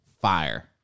Fire